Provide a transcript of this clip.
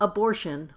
Abortion